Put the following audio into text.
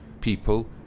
people